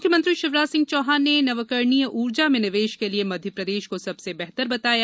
मुख्यमंत्री शिवराज सिंह चौहान ने नवकरणीय ऊर्जा में निवेश के लिये मध्यप्रदेश को सबसे बेहतर बताया